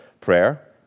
Prayer